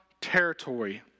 territory